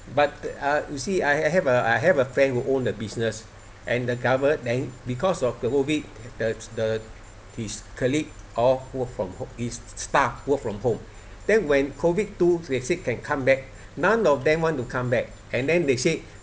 but uh you see I have a I have a friend who own a business and the government because of COVID the the his colleague all work from ho~ his staff work from home then when COVID two they say can come back none of them want to come back and then they said